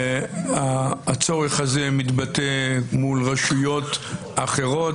הצורך הזה מתבטא מול רשויות אחרות.